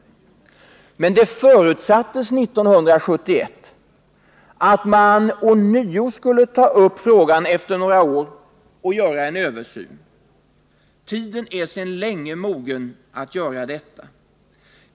Men det förutsattes 1971 att man ånyo skulle ta upp frågan om några år och göra en översyn. Tiden är sedan länge mogen att göra detta.